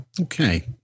Okay